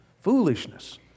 foolishness